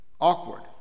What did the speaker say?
awkward